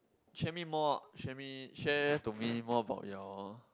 share me more share me share to me more about your